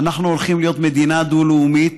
אנחנו הולכים להיות מדינה דו-לאומית,